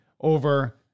over